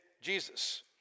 Jesus